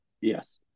Yes